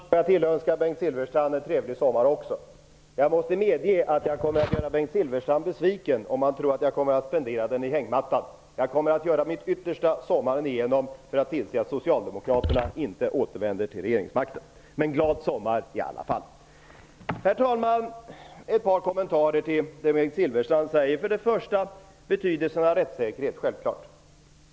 Herr talman! Jag tillönskar också Bengt Silfverstrand en trevlig sommar. Jag måste medge att jag kommer att göra Bengt Silfverstrand besviken om han tror att jag kommer att spendera sommaren i hängmattan. Jag kommer sommaren igenom att göra mitt yttersta för att tillse att Socialdemokraterna inte återvänder till regeringsmakten. Men jag önskar ändå en glad sommar. Jag skall ge några kommentarer till det som Bengt För det första nämnde han betydelsen av rättssäkerheten.